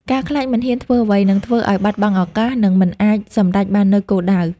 ការខ្លាចមិនហ៊ានធ្វើអ្វី នឹងធ្វើឲ្យបាត់បង់ឱកាស និងមិនអាចសម្រេចបាននូវគោលដៅ។